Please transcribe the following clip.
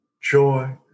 joy